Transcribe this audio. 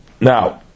Now